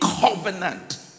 covenant